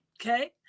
okay